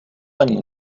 ani